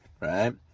right